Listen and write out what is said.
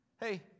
Hey